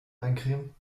eincremen